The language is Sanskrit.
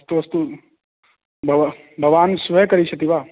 अस्तु अस्तु भव भवान् श्वः करिष्यति वा